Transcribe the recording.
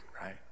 right